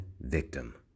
victim